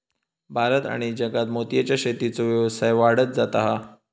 भारत आणि जगात मोतीयेच्या शेतीचो व्यवसाय वाढत जाता हा